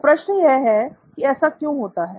तो प्रश्न यह है कि ऐसा क्यों होता है